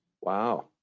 Wow